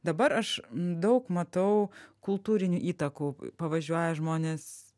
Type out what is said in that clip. dabar aš daug matau kultūrinių įtakų pavažiuoja žmonės